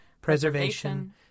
preservation